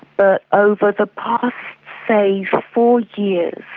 but over the past, say, four years,